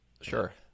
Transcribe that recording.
Sure